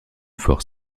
fort